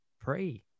pray